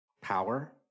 power